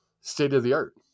state-of-the-art